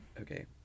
Okay